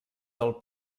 del